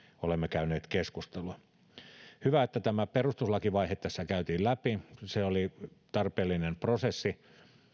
olemme käyneet keskustelua on hyvä että tämä perustuslakivaihe käytiin läpi se oli tarpeellinen prosessi